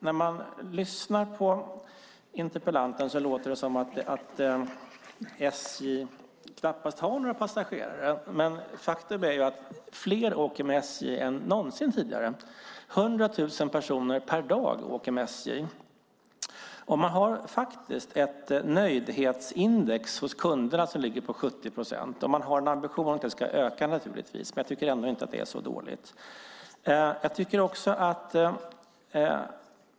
När man lyssnar på interpellanten låter det som att SJ knappt har några passagerare. Men faktum är att fler åker med SJ än någonsin tidigare. Det är 100 000 personer per dag som åker med SJ, och man har ett nöjdhetsindex hos kunderna på 70 procent. Man har naturligtvis ambitionen att det ska öka, men jag tycker ändå inte att det är så dåligt.